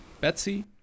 Betsy